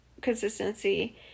consistency